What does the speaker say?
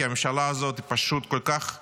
כי הממשלה הזאת פשוט כל כך פזרנית,